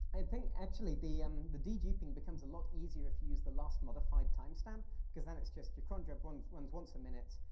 i think, actually, the um the de-duping becomes a lot easier if you use the last modified timestamp. because then it's just, your cron job runs runs once a minute.